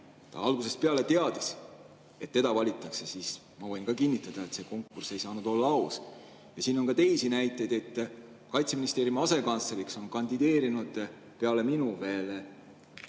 ta algusest peale teadis, et teda valitakse, siis ma võin ka kinnitada, et see konkurss ei saanud olla aus. Ja on ka teisi näiteid. Kaitseministeeriumi asekantsleriks on kandideerinud peale minu veel